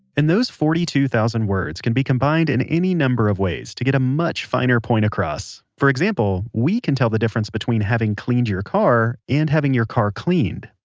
and those forty two thousand words can be combined in any number of ways to get a much finer point across. for example, we can tell the difference between having cleaned your car, and having your car cleaned.